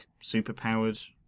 superpowered